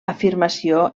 afirmació